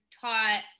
taught